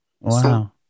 Wow